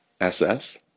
SS